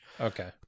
Okay